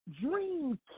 dream